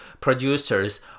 producers